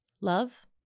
love